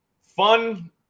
fun